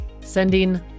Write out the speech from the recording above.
Sending